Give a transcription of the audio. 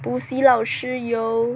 补习老师 yo